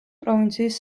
პროვინციის